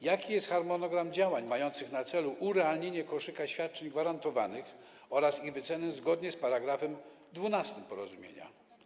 Jaki jest harmonogram działań mających na celu urealnienie koszyka świadczeń gwarantowanych oraz ich wyceny zgodnie z § 12 porozumienia?